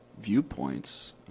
viewpoints